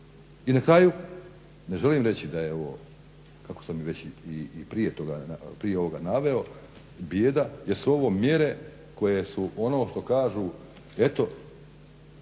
i na kraju ne želim reći da je ovo, kao sam već i prije ovoga naveo, bijeda je samo mjere koje su ono što kažu eto